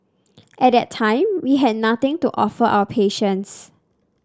at that time we had nothing to offer our patients